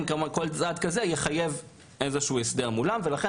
וכל צעד של הקדמה יחייב הסדר מולם ולכן